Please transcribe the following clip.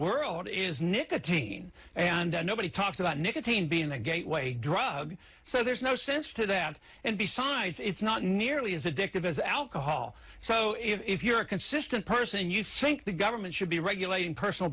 world is nicotine and nobody talks about nicotine being a gateway drug so there's no sense to that and besides it's not nearly as addictive as alcohol so if you're consistent person and you think the government should be regulating personal